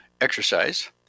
exercise